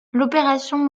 l’opération